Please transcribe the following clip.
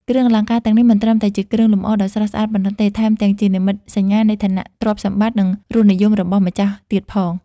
គ្រឿងអលង្ការទាំងនេះមិនត្រឹមតែជាគ្រឿងលម្អដ៏ស្រស់ស្អាតប៉ុណ្ណោះទេ ថែមទាំងជានិមិត្តសញ្ញានៃឋានៈ ទ្រព្យសម្បត្តិ និងរសនិយមរបស់ម្ចាស់ទៀតផង។